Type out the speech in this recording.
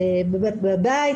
בבית.